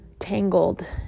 tangled